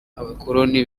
abakoloni